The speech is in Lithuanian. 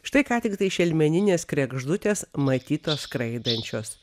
štai ką tiktai šelmeninės kregždutės matytos skraidančios